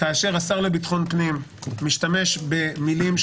כאשר השר לביטחון פנים משתמש במילים,